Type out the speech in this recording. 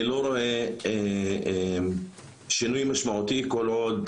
אני לא רואה שינוי משמעותי כל עוד